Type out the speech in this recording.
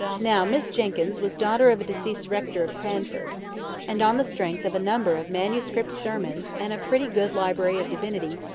now miss jenkyns was daughter of a deceased rector of cranford and, on the strength of a number of manuscript sermons, and a pretty good library of divinity,